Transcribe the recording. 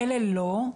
אלה לא,